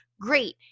great